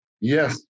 Yes